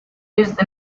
used